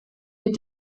mit